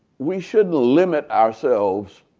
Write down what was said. we shouldn't limit ourselves